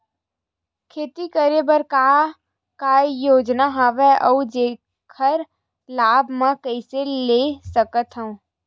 खेती करे बर का का योजना हवय अउ जेखर लाभ मैं कइसे ले सकत हव?